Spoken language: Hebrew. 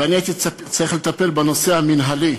ואני הייתי צריך לטפל בנושא המינהלי.